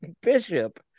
bishop